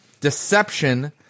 deception